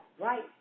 right